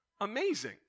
amazing